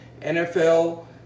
NFL